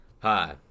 Hi